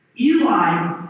Eli